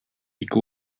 ике